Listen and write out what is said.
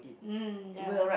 mm ya